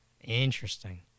interesting